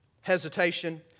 hesitation